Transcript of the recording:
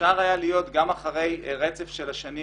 אפשר היה להיות גם אחרי רצף של השנים